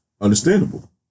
Understandable